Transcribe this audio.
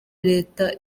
leta